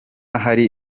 hari